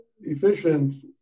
Efficient